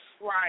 Right